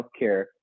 Healthcare